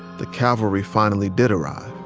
the cavalry finally did arrive